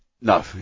No